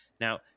now